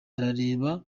arareba